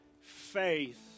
Faith